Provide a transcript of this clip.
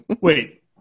Wait